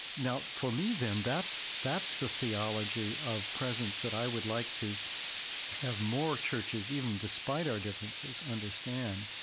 now, for me then, that's that's the theology of presence that i would like to have more churches even despite our differences understand.